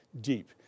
deep